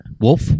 Wolf